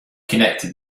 connected